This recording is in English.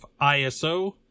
ISO